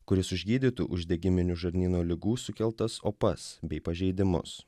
kuris užgydytų uždegiminių žarnyno ligų sukeltas opas bei pažeidimus